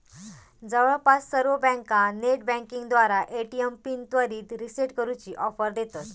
जवळपास सर्व बँका नेटबँकिंगद्वारा ए.टी.एम पिन त्वरित रीसेट करूची ऑफर देतत